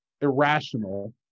irrational